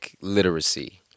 literacy